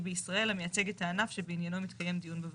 בישראל המייצג את הענף שבעניינו מתקיים דיון בוועדה.